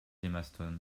maston